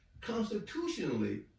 Constitutionally